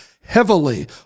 heavily